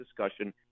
discussion